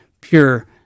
pure